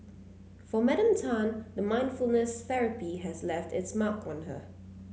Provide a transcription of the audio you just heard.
for Madam Tan the mindfulness therapy has left its mark on her